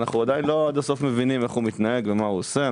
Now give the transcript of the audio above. אנו לא עד הסוף מבינים איך מתנהג ומה עושה.